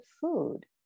food